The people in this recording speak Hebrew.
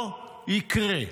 לא יקרה,